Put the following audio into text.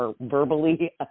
verbally